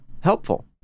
helpful